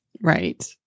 Right